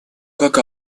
как